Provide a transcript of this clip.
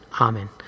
Amen